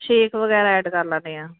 shake ਵਗੈਰਾ add ਕਰ ਲੈਨੇ ਆ